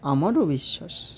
আমারও বিশ্বাস